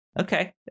okay